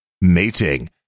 mating